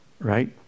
right